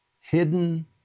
hidden